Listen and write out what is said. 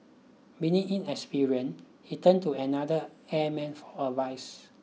being inexperienced he turned to another airman for advice